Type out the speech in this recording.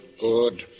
good